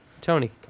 Tony